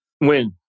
Win